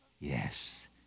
Yes